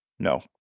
No